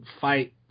fight